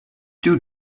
two